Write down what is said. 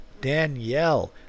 Danielle